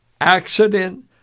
accident